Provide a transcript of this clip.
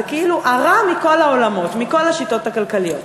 זה כאילו הרע מכל העולמות, מכל השיטות הכלכליות.